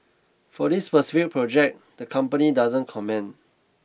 for this specific project the company doesn't comment